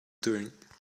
doing